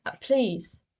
please